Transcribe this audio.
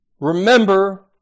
Remember